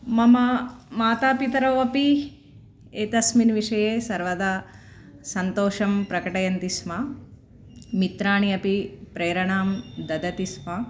मम माता पितरौ अपि एतस्मिन् विषये सर्वदा सन्तोषं प्रकटयन्ति स्म मित्राणि अपि प्रेरणां ददाति स्म